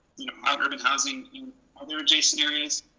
other urban housing in other adjacent areas,